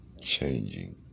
changing